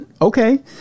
okay